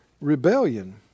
rebellion